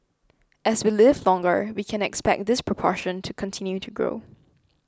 as we live longer we can expect this proportion to continue to grow